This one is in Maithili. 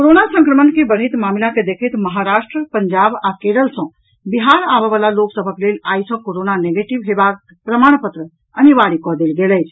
कोरोना संक्रमण के बढ़ैत मामिला के देखैत महाराष्ट्र पंजाब आ केरल सॅ बिहार आबऽबला लोक सभक लेल आई सॅ कोरोना निगेटिव हेबाक प्रमाण पत्र अनिवार्य कऽ देल गेल अछि